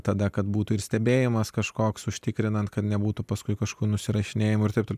tada kad būtų ir stebėjimas kažkoks užtikrinant kad nebūtų paskui kažkur nusirašinėjimo ir dirbtų